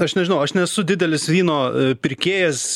aš nežinau aš nesu didelis vyno pirkėjas